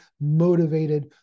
motivated